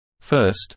First